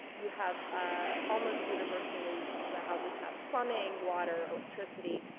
you have ah almost universally, the houses have plumbing, water, electricity